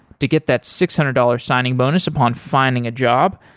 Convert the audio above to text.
to get that six hundred dollars signing bonus upon finding a job,